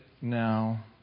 now